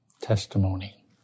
testimony